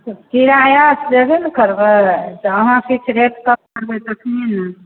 किराया तऽ देबे ने करबै तऽ अहाँ किछु रेट कम करबै तखने ने